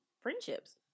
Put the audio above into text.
friendships